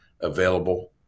available